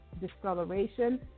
discoloration